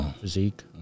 physique